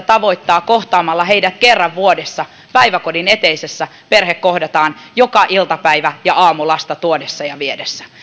tavoittaa kohtaamalla heidät kerran vuodessa päiväkodin eteisessä perhe kohdataan joka aamu ja iltapäivä lasta tuodessa ja viedessä